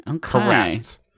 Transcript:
Correct